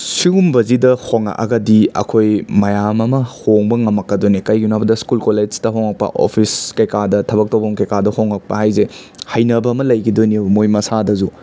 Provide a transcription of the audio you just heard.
ꯁꯤꯒꯨꯝꯕꯁꯤꯗ ꯍꯣꯉꯛꯑꯒꯗꯤ ꯑꯩꯈꯣꯏ ꯃꯌꯥꯝ ꯑꯃ ꯍꯣꯡꯕ ꯉꯝꯃꯛꯀꯗꯣꯏꯅꯦ ꯀꯩꯒꯤꯅꯣ ꯍꯥꯏꯕꯗ ꯁ꯭ꯀꯨꯜ ꯀꯣꯂꯦꯖꯇ ꯍꯣꯉꯛꯄ ꯑꯣꯐꯤꯁ ꯀꯩꯀꯥꯗ ꯊꯕꯛ ꯇꯧꯐꯝ ꯀꯩꯀꯥꯗ ꯍꯣꯉꯛꯄ ꯍꯥꯏꯁꯦ ꯍꯩꯅꯕ ꯑꯃ ꯂꯩꯈꯤꯗꯣꯏꯅꯦꯕ ꯃꯣꯏ ꯃꯁꯥꯗꯁꯨ